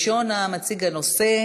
הנושא,